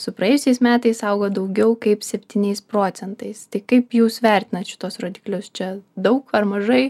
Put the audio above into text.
su praėjusiais metais augo daugiau kaip septyniais procentais tai kaip jūs vertinat šituos rodiklius čia daug ar mažai